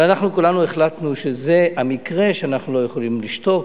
אבל כולנו החלטנו שזה המקרה שאנחנו לא יכולים לשתוק,